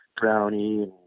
Brownie